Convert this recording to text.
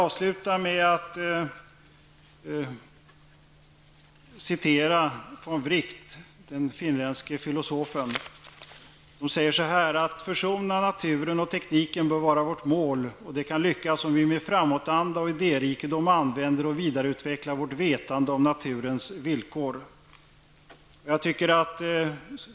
Avslutningsvis vill jag återge vad den finländske filosofen Georg Henrik von Wright har sagt: Att försona naturen och tekniken bör vara vårt mål, och det kan lyckas om vi med framåtanda och idérikedom använder och vidareutvecklar vårt vetande om naturens villkor.